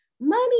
money